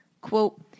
Quote